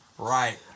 Right